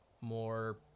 more